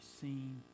seen